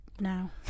now